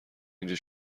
اینجا